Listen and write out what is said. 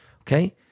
Okay